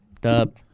Dub